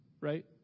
right